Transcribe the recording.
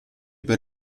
per